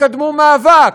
תקדמו מאבק.